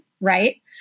right